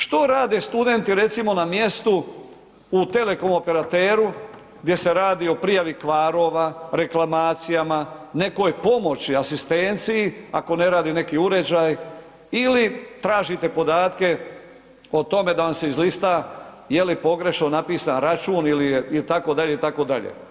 Što rade studenti, recimo na mjestu u telekom operateru gdje se radi o prijavi kvarova, reklamacijama, nekoj pomoći, asistenciji, ako ne radi neki uređaj ili tražite podatke o tome da vam se izlista je li pogrešno napisan račun ili je, itd., itd.